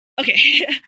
Okay